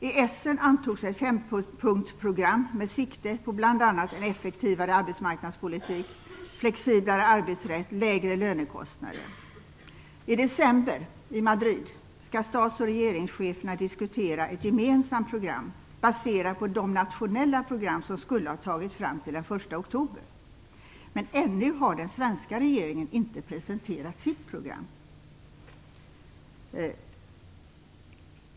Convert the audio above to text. I Essen antogs ett fempunktsprogram med sikte på bl.a. en effektivare arbetsmarknadspolitik, flexiblare arbetsrätt och lägre lönekostnader. I december, i Madrid, skall stats och regeringscheferna diskutera ett gemensamt program baserat på de nationella program som skulle ha tagits fram till den 1 oktober. Men ännu har den svenska regeringen inte presenterat sitt program.